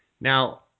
Now